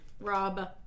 Rob